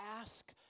ask